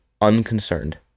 Unconcerned